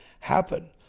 happen